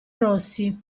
rossi